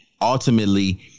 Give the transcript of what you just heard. ultimately